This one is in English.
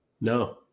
No